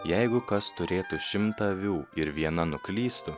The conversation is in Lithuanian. jeigu kas turėtų šimtą avių ir viena nuklystų